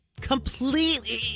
completely